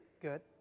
good